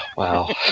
Wow